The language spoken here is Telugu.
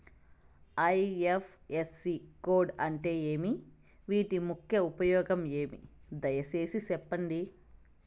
ఐ.ఎఫ్.ఎస్.సి కోడ్ అంటే ఏమి? వీటి ముఖ్య ఉపయోగం ఏమి? దయసేసి సెప్పండి?